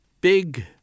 big